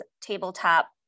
tabletop